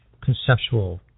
conceptual